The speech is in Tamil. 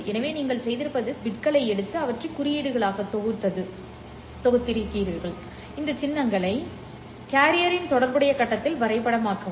எனவே நீங்கள் செய்திருப்பது பிட்களை எடுத்து அவற்றை குறியீடுகளாக தொகுத்து பின்னர் இந்த சின்னங்களை கேரியரின் தொடர்புடைய கட்டத்தில் வரைபடமாக்கவும்